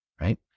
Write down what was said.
right